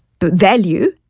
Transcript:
value